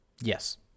Yes